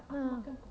ya